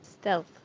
Stealth